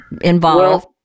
involved